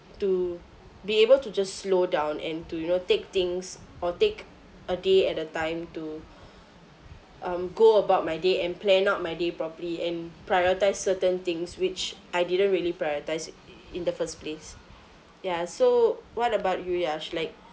to be able to just slow down and to you know take things or take a day at a time to um go about my day and plan out my day properly and prioritise certain things which I didn't really prioritise in the first place ya so what about you Yash like